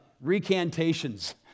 recantations